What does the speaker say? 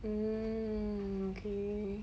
mm okay